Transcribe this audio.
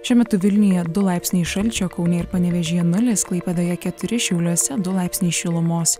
šiuo metu vilniuje du laipsniai šalčio kaune ir panevėžyje nulis klaipėdoje keturi šiauliuose du laipsniai šilumos